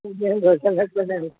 હું મેંગો સરસ બનાવીશ